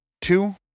two